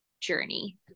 journey